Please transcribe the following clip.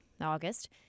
August